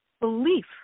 belief